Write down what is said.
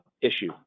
issue